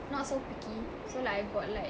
not so picky so like I got like